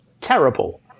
terrible